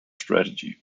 strategy